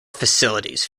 facilities